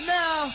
now